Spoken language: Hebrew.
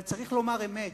אבל צריך לומר אמת,